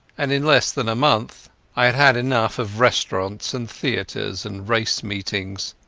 and in less than a month i had had enough of restaurants and theatres and race-meetings.